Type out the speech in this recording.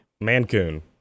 Mancoon